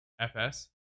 fs